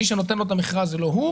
מי שנותן לו את המכרז, זה לא הוא.